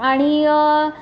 आणि